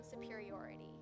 superiority